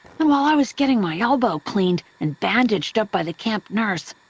and while i was getting my elbow cleaned and bandaged up by the camp nurse,